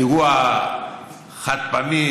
אירוע חד-פעמי,